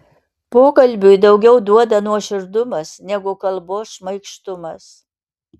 pokalbiui daugiau duoda nuoširdumas negu kalbos šmaikštumas